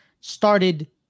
started